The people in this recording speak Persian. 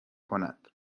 کند